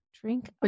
Drink